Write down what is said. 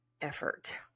effort